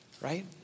Right